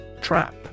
Trap